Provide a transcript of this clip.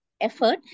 effort